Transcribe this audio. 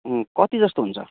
कति जस्तो हुन्छ